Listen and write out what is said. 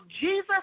Jesus